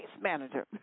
manager